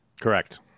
Correct